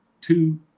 two